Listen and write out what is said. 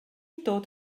dod